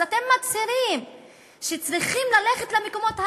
אתם מצהירים שצריכים ללכת למקומות האלה,